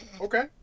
Okay